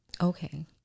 Okay